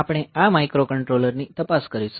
આપણે આ માઇક્રોકન્ટ્રોલર ની તપાસ કરીશું